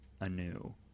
anew